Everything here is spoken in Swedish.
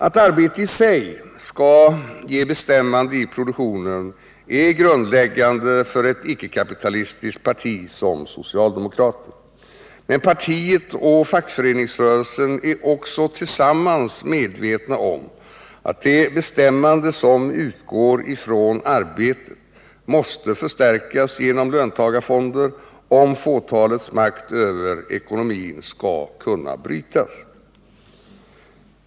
Att arbete i sig skall ge bestämmande i produktionen är grundläggande för ett icke-kapitalistiskt parti som socialdemokraterna. Men partiet och fackföreningsrörelsen är också tillsammans medvetna om att det bestämmande som utgår från arbetet måste förstärkas genom löntagarfonder, om fåtalets makt över ekonomin skall kunna brytas.